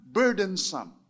burdensome